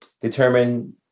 determine